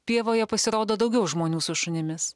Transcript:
pievoje pasirodo daugiau žmonių su šunimis